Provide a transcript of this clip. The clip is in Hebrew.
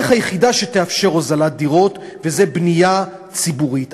היחידה שתאפשר הוזלת דירות וזה בנייה ציבורית.